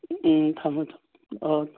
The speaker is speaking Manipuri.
ꯎꯝ ꯊꯝꯃꯣ ꯊꯝꯃꯣ